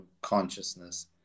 consciousness